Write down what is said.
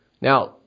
Now